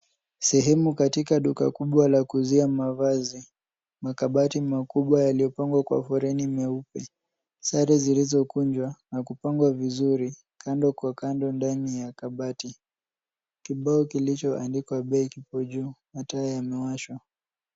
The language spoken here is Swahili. Sehemu katika duka kubwa la kuuzia mavazi. Makabati makubwa yaliyopangwa kwa foleni meupe. Sare zilizokunjwa na kupangwa vizuri kando kwa kando ndani ya kabati. Kibao kilichoandikwa bei kipo juu na taa yamewashwa.